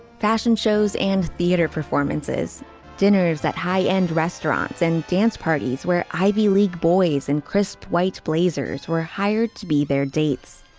fashion shows and theater performances dinners at high end restaurants and dance parties where ivy league boys and crisp white blazers were hired to be their dates.